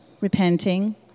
repenting